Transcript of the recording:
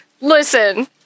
Listen